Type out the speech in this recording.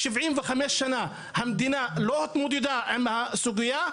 75 שנים המדינה לא התמודדה עם הסוגייה,